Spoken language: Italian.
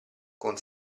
con